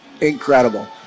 Incredible